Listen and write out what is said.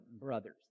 brothers